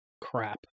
crap